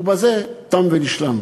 ובזה תם ונשלם.